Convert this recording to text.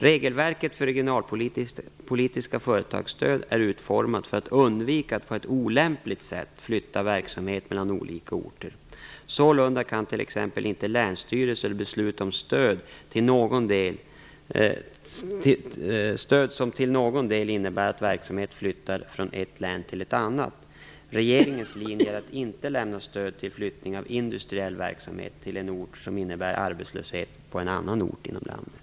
Regelverket för regionalpolitiska företagsstöd är utformat för att undvika att på ett olämpligt sätt flytta verksamhet mellan olika orter. Sålunda kan t.ex. inte länsstyrelser besluta om stöd som till någon del innebär att verksamhet flyttar från ett län till ett annat. Regeringens linje är att inte lämna stöd till flyttning av industriell verksamhet till en ort som innebär arbetslöshet på en annan ort inom landet.